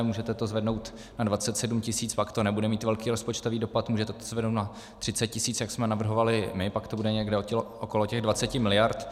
Můžete to zvednout na 27 tis., pak to nebude mít velký rozpočtový dopad, můžete to zvednout na 30 tis., jak jsme navrhovali my, pak to bude někde okolo těch 20 mld.